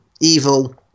Evil